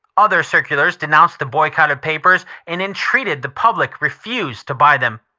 other circulars denounced the boycotted papers and entreated the public refuse to buy them.